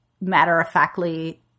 matter-of-factly